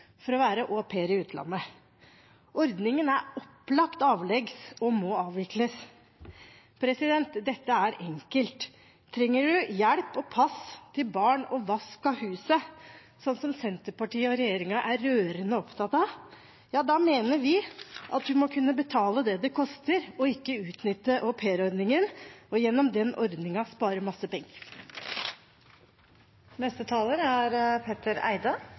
for å være au pair i utlandet, ordningen er opplagt avleggs og må avvikles. Dette er enkelt. Trenger man hjelp til pass av barn og vask av huset, som Senterpartiet og regjeringen er rørende opptatt av, mener vi at man må kunne betale det det koster, ikke utnytte aupairordningen og gjennom den spare masse penger. Denne saken ble belyst – og det er